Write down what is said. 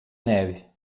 neve